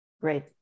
Great